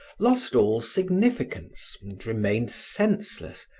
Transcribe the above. lost all significance and remained senseless,